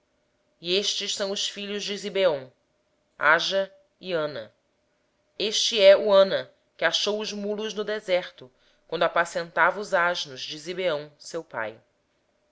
estes são os filhos de zibeão aías e anás este é o anás que achou as fontes termais no deserto quando apascentava os jumentos de zibeão seu pai